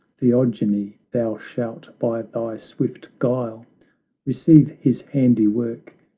theogony, thou shalt by thy swift guile receive his handiwork,